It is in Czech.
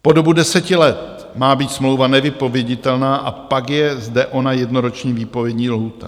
Po dobu deseti let má být smlouva nevypověditelná a pak je zde ona jednoroční výpovědní lhůta.